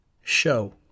Show